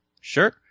Sure